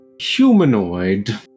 humanoid